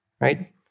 right